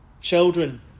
Children